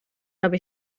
habe